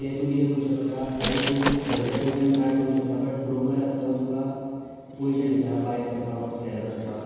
ते तूं कितें करूं शकता ते तूं स्वताच्या पयशान बाय करूं शकता बट ब्रोकर आसा तो तुका पयशे दिता बाय करपाक वो सॅल करपाक